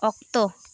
ᱚᱠᱛᱚ